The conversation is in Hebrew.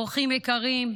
אורחים יקרים,